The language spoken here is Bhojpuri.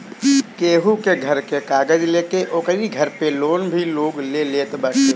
केहू के घर के कागज लेके ओकरी घर पे लोन भी लोग ले लेत बाटे